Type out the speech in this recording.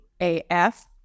AF